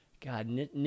God